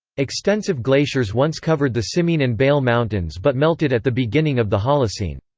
extensive glaciers once covered the simien and bale mountains but melted at the beginning of the holocene.